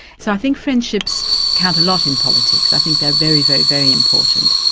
so i think friendships count a lot in politics, i think they're very, very, very important.